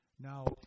Now